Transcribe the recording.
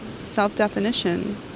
self-definition